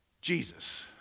Jesus